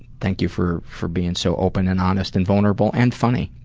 thank you for for being so open and honest and vulnerable and funny.